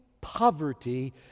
poverty